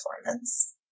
performance